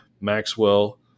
Maxwell